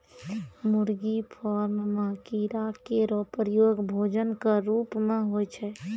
मुर्गी फार्म म कीड़ा केरो प्रयोग भोजन क रूप म होय छै